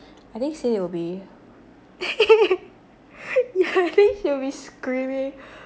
I think cyn will be she'll be screaming